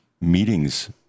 meetings